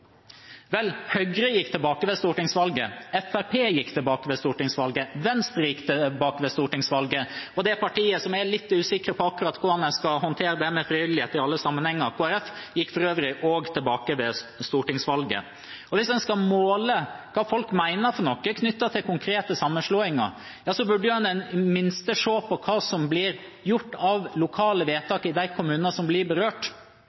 Vel, Høyre gikk tilbake ved stortingsvalget. Fremskrittspartiet gikk tilbake ved stortingsvalget. Venstre gikk tilbake ved stortingsvalget. Og det partiet som er litt usikre på hvordan de skal håndtere dette med frivillighet i alle sammenhenger, Kristelig Folkeparti, gikk for øvrig også tilbake ved stortingsvalget. Hvis en skal måle hva folk mener knyttet til konkrete sammenslåinger, så burde en i det minste se på hva som blir gjort av lokale vedtak i de kommunene som blir berørt.